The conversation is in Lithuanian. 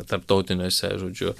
tarptautiniuose žodžiu